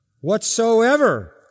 whatsoever